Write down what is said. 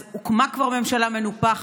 אז הוקמה כבר ממשלה מנופחת.